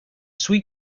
sweet